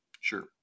Sure